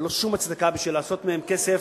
ללא שום הצדקה, כדי לעשות מהן כסף,